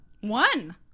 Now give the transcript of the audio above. one